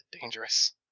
dangerous